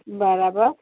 બરાબર